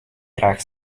graag